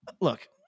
look